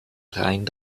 rhein